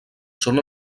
són